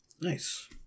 Nice